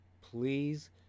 please